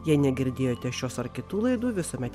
jei negirdėjote šios ar kitų laidų visuomet